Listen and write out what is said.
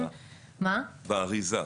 באריזה.